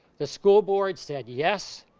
the school board said yes,